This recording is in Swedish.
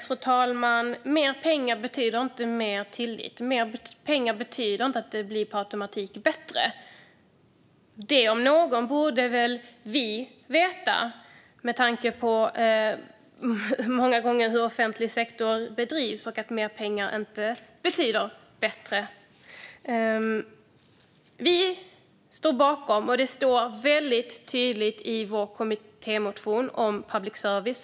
Fru talman! Mer pengar betyder inte mer tillit. Mer pengar betyder inte att det per automatik blir bättre. Det om något borde väl vi veta med tanke på hur offentlig sektor många gånger bedrivs. Mer pengar betyder inte att det är bättre. Det står väldigt tydligt i vår kommittémotion om public service.